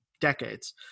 decades